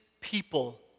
people